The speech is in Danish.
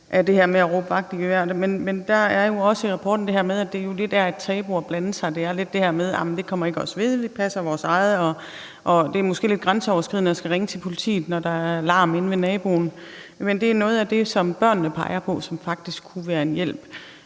af det her med at råbe vagt i gevær, men der er jo også det her i rapporten om, at det lidt er et tabu at blande sig; det er lidt det her med: Det kommer ikke os ved, og vi passer vores eget. Det er måske lidt grænseoverskridende at skulle ringe til politiet, når der er larm inde ved naboen. Men det er noget af det, som børnene peger på faktisk kunne være en hjælp.